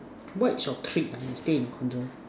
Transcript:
what's your treat when you stay in condo